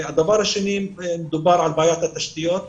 מדובר על בעיית התשתיות.